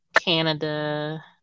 Canada